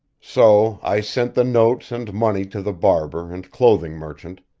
so i sent the notes and money to the barber and clothing merchant,